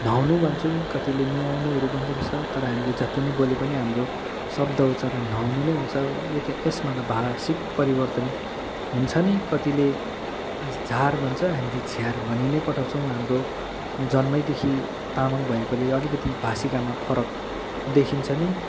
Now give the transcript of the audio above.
नाउनु भन्चुङ कतिले नुहाउनुहरू भन्दोरहेछ तर हामीले जति नै बोले पनि हाम्रो शब्द उच्चारण नाउनु नै हुन्छ यो त यसमा त भाषिक परिवर्तन हुन्छ नै कतिले झार भन्छ तर हामीले झ्यार भनिनै पठाउँछौँ हाम्रो जन्मैदेखि तामाङ भएकोले अलिकति भाषिकामा फरक देखिन्छ नै